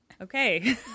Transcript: Okay